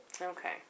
Okay